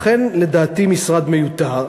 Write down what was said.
אכן, לדעתי, משרד מיותר,